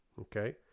Okay